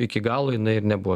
iki galo jinai ir nebuvo